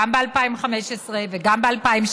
גם ב-2015 וגם ב-2016,